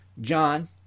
John